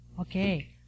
Okay